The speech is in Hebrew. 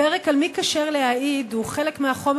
הפרק על מי כשר להעיד הוא חלק מהחומר